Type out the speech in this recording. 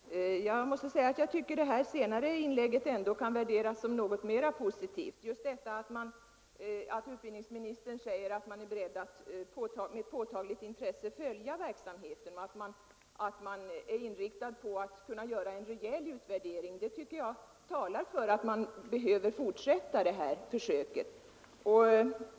Herr talman! Jag måste säga att det här senare inlägget ändå kan värderas som något mera positivt, just detta att utbildningsministern säger att man med ett påtagligt intresse skall följa verksamheten och att man är inriktad på att göra en rejäl utvärdering. Jag tycker det talar för att man behöver fortsätta det här försöket.